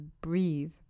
Breathe